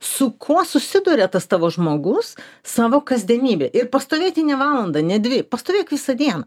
su kuo susiduria tas tavo žmogus savo kasdienybėj ir pastovėti ne valandą ne dvi pastovėk visą dieną